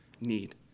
need